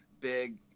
big